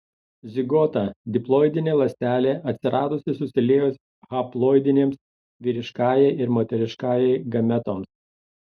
zigota diploidinė ląstelė atsiradusi susiliejus haploidinėms vyriškajai ir moteriškajai gametoms